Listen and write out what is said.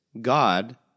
God